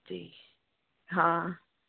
जी हा